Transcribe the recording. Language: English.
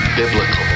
biblical